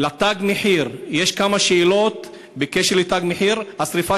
"תג מחיר" יש כמה שאלות בקשר ל"תג מחיר": השרפה